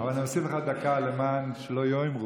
אבל אני אוסיף לך דקה למען שלא יאמרו.